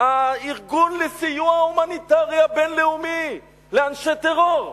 הארגון לסיוע הומניטרי הבין-לאומי לאנשי טרור.